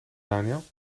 daniël